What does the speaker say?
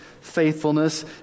faithfulness